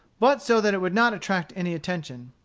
but so that it would not attract any attention.